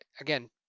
again